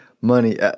money